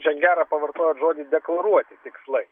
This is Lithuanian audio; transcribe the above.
čia gerą pavartojot žodį deklaruoti tikslai